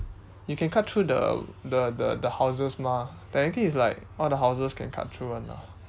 you can cut through the the the the houses mah technically it's like all the houses can cut through [one] lah